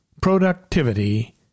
productivity